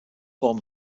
form